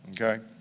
okay